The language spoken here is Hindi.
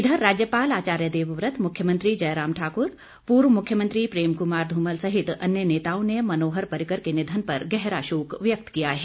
इधर राज्यपाल आचार्य देवव्रत मुख्यमंत्री जयराम ठाक्र पूर्व मुख्यमंत्री प्रेम कुमार ध्रमल सहित अन्य नेताओं ने मनोहर पर्रिकर के निधन पर गहरा शोक व्यक्त किया है